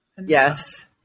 Yes